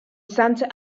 santa